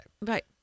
right